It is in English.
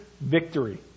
victory